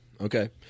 Okay